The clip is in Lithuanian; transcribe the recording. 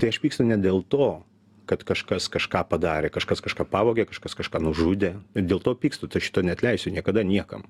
tai aš pykstu ne dėl to kad kažkas kažką padarė kažkas kažką pavogė kažkas kažką nužudė dėl to pykstu tai šito neatleisiu niekada niekam